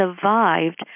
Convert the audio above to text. survived